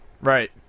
Right